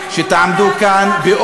מה שאמרת היה צריך להוביל,